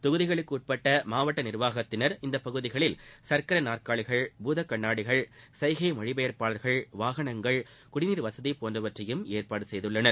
தொகுதிகளுக்குட்பட்ட மாவட்ட நிர்வாகத்தினர் இப்பகுதிகளில் சற்கர நாற்காலிகள் பூதகண்ணாடிகள் சைகை மொழிபெயர்ப்பாளர்கள் வாகனங்கள் குடிநீர் வசதி போன்றவற்றையும் ஏற்பாடு செய்துள்ளனர்